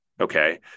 okay